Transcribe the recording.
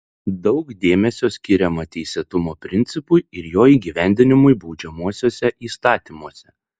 daug dėmesio skiriama teisėtumo principui ir jo įgyvendinimui baudžiamuosiuose įstatymuose